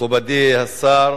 מכובדי השר,